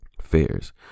fairs